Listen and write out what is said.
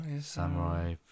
Samurai